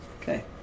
Okay